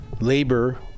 labor